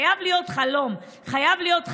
חייב להיות חלום, חייב להיות חזון,